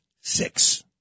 six